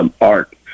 art